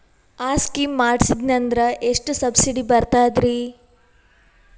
ಆ ಸ್ಕೀಮ ಮಾಡ್ಸೀದ್ನಂದರ ಎಷ್ಟ ಸಬ್ಸಿಡಿ ಬರ್ತಾದ್ರೀ?